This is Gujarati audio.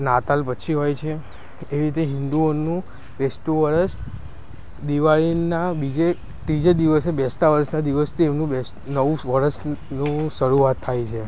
નાતાલ પછી હોય છે એ રીતે હિન્દુઓનું બેસતું વરસ દિવાળીના બીજે ત્રીજે દિવસે બેસતા વર્ષના દિવસથી તેમનું નવું વર્ષનું શરૂઆત થાય છે